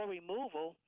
removal